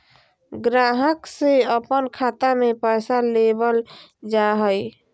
ग्राहक से अपन खाता में पैसा लेबल जा हइ